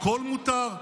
הכול מותר?